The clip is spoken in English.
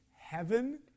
heaven